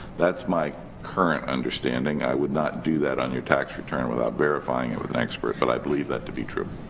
that's my current understanding. i would not do that on your tax return without verifying it with an expert, but i believe that to be true.